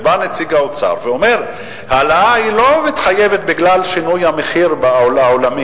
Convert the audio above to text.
ובא נציג האוצר ואומר: ההעלאה לא מתחייבת בגלל שינוי המחיר בעולם,